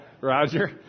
Roger